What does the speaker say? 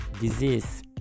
disease